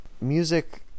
Music